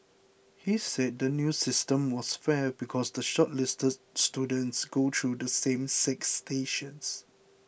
he said the new system was fair because the shortlisted students go through the same six stations